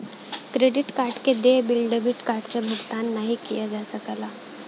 credit card क देय bill debit card से भुगतान नाहीं किया जा सकला